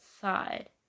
side